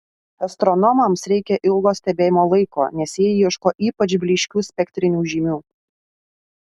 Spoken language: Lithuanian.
astronomams reikia ilgo stebėjimo laiko nes jie ieško ypač blyškių spektrinių žymių